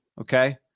okay